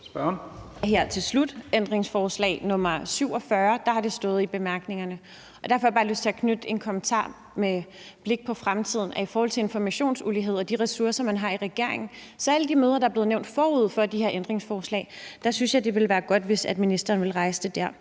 at ved ændringsforslag nr. 47 har det stået i bemærkningerne. Der får jeg bare lyst til at knytte en kommentar til det med blik på fremtiden: I forhold til informationsulighed og de ressourcer, man har i regeringen, synes jeg med hensyn til alle de møder, der er blevet nævnt forud for de her ændringsforslag, det ville være godt, hvis ministeren ville rejse det der.